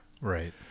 right